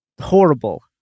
Horrible